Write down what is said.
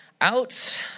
Out